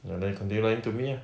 ya then you continue lying to me ah